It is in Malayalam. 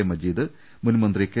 എ മജീദ് മുൻമന്ത്രി കെ